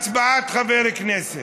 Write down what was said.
הצבעת 80 חברי כנסת.